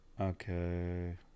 Okay